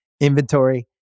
inventory